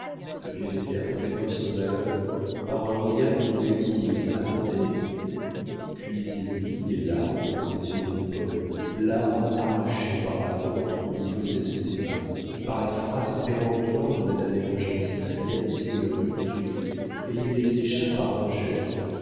le vieux notaire prévint ce malheur par un regard qui voulait dire attendez puis il vit des larmes dans les yeux de paul larmes arrachées par la honte que lui causait ce débat par la phrase péremptoire de madame évangélista qui annonçait une rupture et il les sécha par un geste